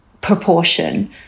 proportion